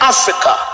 Africa